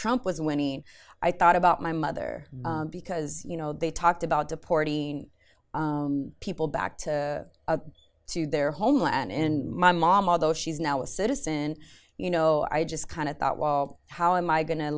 trump was when me i thought about my mother because you know they talked about deporting people back to to their homeland in my mom although she's now a citizen you know i just kind of thought well how am i going to